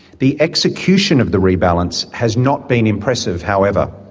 the execution of the rebalance has not been impressive, however.